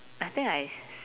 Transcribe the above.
I think I